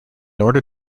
order